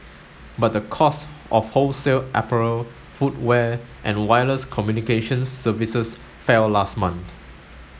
but the cost of wholesale apparel footwear and wireless communication services fell last month